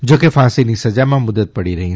જોકે ફાંસીની સજામાં મુદત પડી રહી